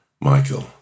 Michael